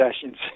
sessions